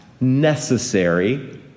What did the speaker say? necessary